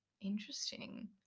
Interesting